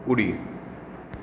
उडी